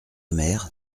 mère